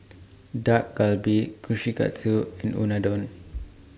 Dak Galbi Kushikatsu and Unadon